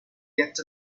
get